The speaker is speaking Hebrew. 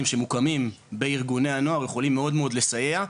שמוקמים בארגוני הנוער יכולים מאוד מאוד לסייע,